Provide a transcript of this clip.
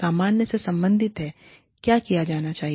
सामान्य से संबंधित है क्या किया जाना चाहिए